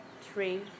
three